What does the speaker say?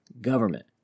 government